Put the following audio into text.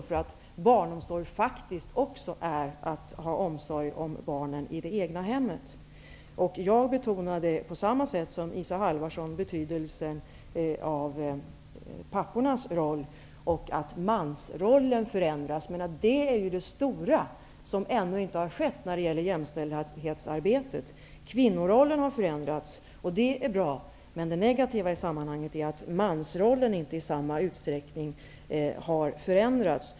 Barnomsorg innebär faktiskt också att ha omsorg om sina barn i det egna hemmet. Jag betonade på samma sätt som Isa Halvarsson betydelsen av pappornas roll, att mansrollen förändras. Det är det stora som ännu inte skett när det gäller jämställdhetsarbetet. Kvinnorollen har förändrats, och det är bra. Men det negativa i sammanhanget är att mansrollen inte i samma utsträckning har förändrats.